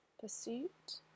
pursuit